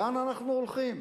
לאן אנחנו הולכים?